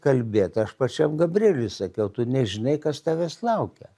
kalbėt aš pačiam gabrieliui sakiau tu nežinai kas tavęs laukia